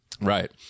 Right